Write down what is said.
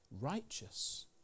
righteous